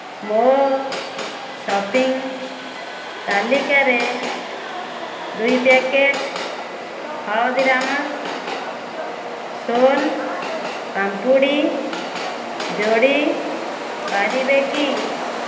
ମୋ ସପିଂ ତାଲିକାରେ ଦୁଇ ପ୍ୟାକେଟ୍ ହଳଦୀରାମ୍ସ୍ ସୋନ୍ ପାମ୍ପୁଡ଼ି ଯୋଡ଼ି ପାରିବେ କି